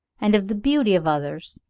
and of the beauty of others.